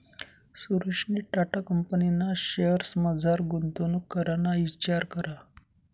सुरेशनी टाटा कंपनीना शेअर्समझार गुंतवणूक कराना इचार करा